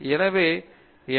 எனவே எம்